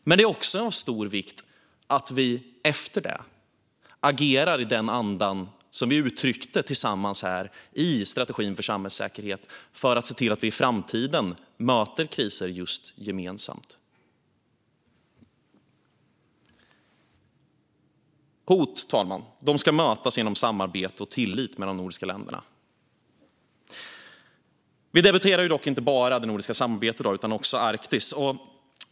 Men det är också av stor vikt att vi efter det agerar i den anda som vi tillsammans uttryckte i strategin för samhällssäkerhet för att se till att vi i framtiden möter kriser gemensamt. Hot, herr talman, ska mötas genom samarbete och tillit mellan de nordiska länderna. Vi debatterar dock inte bara det nordiska samarbetet utan också Arktis.